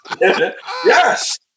Yes